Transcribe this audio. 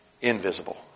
invisible